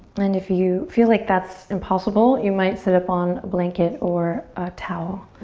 and if you feel like that's impossible, you might sit up on a blanket or a towel.